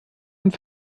und